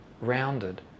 rounded